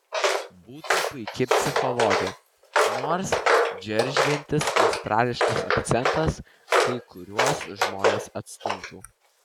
būtų puiki psichologė nors džeržgiantis australiškas akcentas kai kuriuos žmones atstumtų